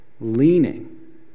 Leaning